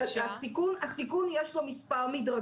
לכן אני חושב שהמפגש הזה מאוד חשוב ואני